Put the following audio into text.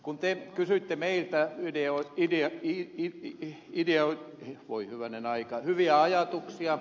kun te kysyitte meiltä ideoita hyviä ajatuksia